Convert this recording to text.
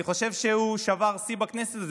אני חושב שהוא שבר שיא בכנסת הזאת,